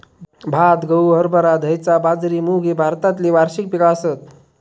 भात, गहू, हरभरा, धैंचा, बाजरी, मूग ही भारतातली वार्षिक पिका आसत